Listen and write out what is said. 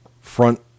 front